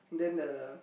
then a